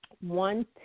one